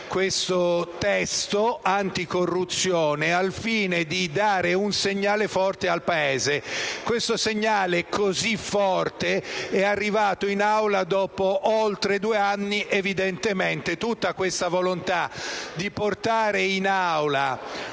questo testo anticorruzione al fine di dare un segnale forte al Paese. Questo segnale così forte è arrivato in Aula dopo oltre due anni. Evidentemente, tutta questa volontà di portare in Aula